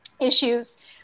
issues